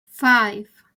five